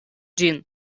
ĝin